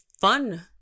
fun